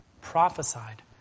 prophesied